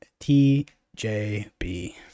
TJB